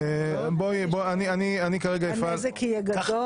אני כרגע אפעל --- הנזק יהיה גדול.